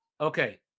okay